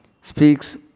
Speaks